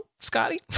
Scotty